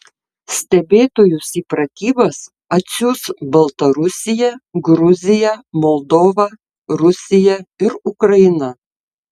stebėtojus į pratybas atsiųs baltarusija gruzija moldova rusija ir ukraina